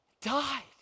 Died